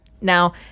Now